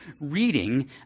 reading